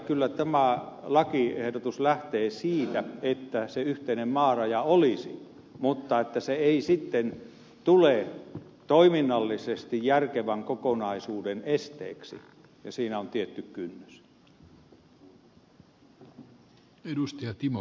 kyllä tämä lakiehdotus lähtee siitä että se yhteinen maaraja olisi mutta että se ei sitten tule toiminnallisesti järkevän kokonaisuuden esteeksi ja siinä on tietty kynnys